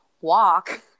walk